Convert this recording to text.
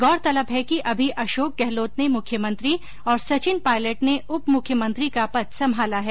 गौरतलब है कि अभी अशोक गहलोत ने मुख्यमंत्री और सचिन पायलट ने उपमुख्यमंत्री का पद संभाला है